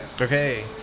Okay